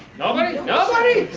nobody? nobody?